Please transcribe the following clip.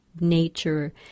Nature